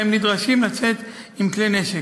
אלא הם נדרשים לצאת עם כלי נשק.